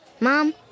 Mom